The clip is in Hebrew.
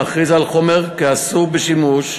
להכריז על חומר אסור לשימוש.